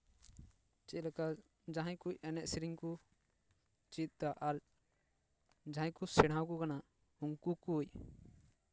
ᱪᱮᱫ ᱞᱮᱠᱟ ᱡᱟᱦᱟᱸᱭ ᱠᱚ ᱮᱱᱮᱡᱼᱥᱮᱨᱮᱧ ᱠᱚ ᱪᱮᱫ ᱫᱟ ᱟᱨ ᱡᱟᱦᱟᱸᱭ ᱠᱚ ᱥᱮᱬᱟ ᱟᱠᱚ ᱠᱟᱱᱟ ᱩᱱᱠᱩ ᱠᱚ